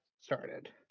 started